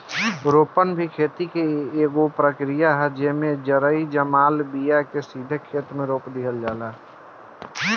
रोपनी भी खेती के एगो प्रक्रिया ह, जेइमे जरई जमाल बिया के सीधे खेते मे रोप दिहल जाला